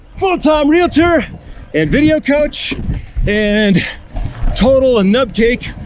full time realtor and video coach and total an uptake,